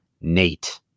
Nate